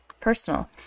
personal